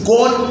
God